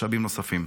משאבים נוספים.